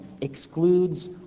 excludes